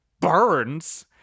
burns